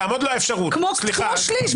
כמו שליש.